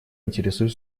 интересует